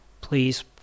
please